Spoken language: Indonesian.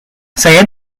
saya